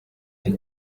iri